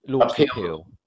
appeal